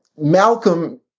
Malcolm